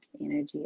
energy